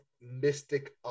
mystic